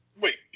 Wait